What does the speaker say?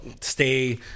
stay